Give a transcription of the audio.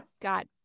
got